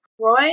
Roy